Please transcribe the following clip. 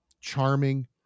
charming